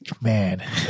man